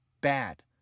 bad